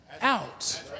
out